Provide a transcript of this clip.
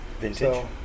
Vintage